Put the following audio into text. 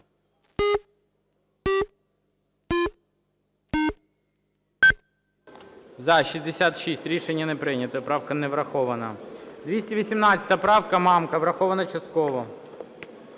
За-66 Рішення не прийнято. Правка не врахована. 218 правка, Мамка. Врахована частково.